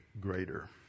greater